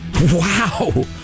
Wow